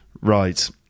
Right